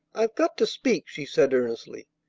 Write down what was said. i've got to speak, she said earnestly.